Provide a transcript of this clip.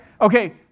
Okay